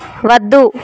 వద్దు